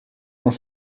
dans